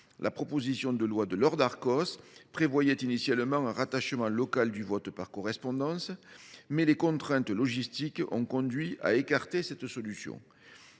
La proposition de loi de Laure Darcos prévoyait initialement un rattachement local du vote par correspondance, mais les contraintes logistiques ont conduit à écarter cette solution.